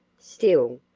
still,